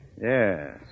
Yes